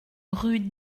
rue